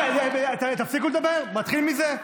תפסיקו לדבר, נתחיל מזה.